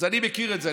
אז אני מכיר את זה.